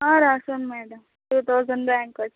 రాసాను madam two thousand rank వచ్చింది